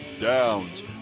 Downs